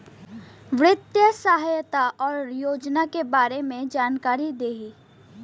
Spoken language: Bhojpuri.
वित्तीय सहायता और योजना के बारे में जानकारी देही?